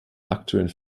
aktuellen